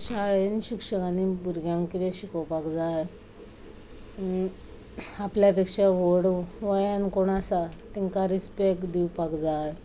शाळेंत शिक्षकांनी भुरग्यांक कितें शिकोपाक जाय आपल्या पेक्षा व्हड वयान कोण आसा तांकां रिसपेक्ट दिवपाक जाय